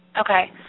Okay